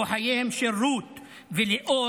או חייהם של רות וליאור,